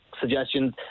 suggestions